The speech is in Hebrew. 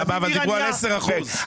דיברו על 10 אחוזים.